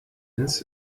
ins